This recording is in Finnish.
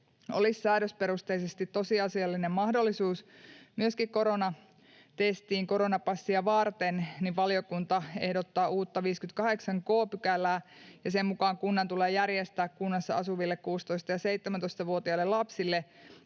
olisi säädösperusteisesti tosiasiallinen mahdollisuus myöskin koronatestiin koronapassia varten, niin valiokunta ehdottaa uutta 58 k §:ää. Sen mukaan kunnan tulee järjestää kunnassa asuville 16‑ ja 17-vuotiaille lapsille,